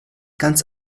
ganz